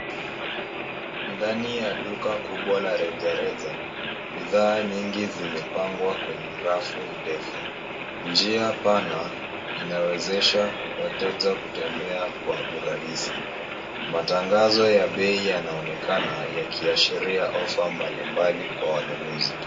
Ndani ya duka kubwa la rejareja, bidhaa nyingi zimepangwa kwenye rafu ndefu. Njia pana inawezesha wateja kutembea kwa urahisi. Matangazo ya bei yanaonekana, yakiashiria ofa mbalimbali kwa wanunuzi.